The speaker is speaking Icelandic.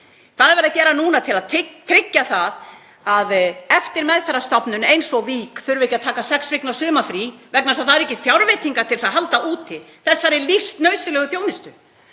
Hvað er verið að gera núna til að tryggja að eftirmeðferðarstofnun eins og Vík þurfi ekki að taka sex vikna sumarfrí vegna þess að það eru ekki fjárveitingar til þess að halda úti þessari lífsnauðsynlegu þjónustu?